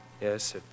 Yes